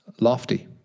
lofty